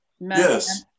Yes